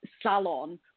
salon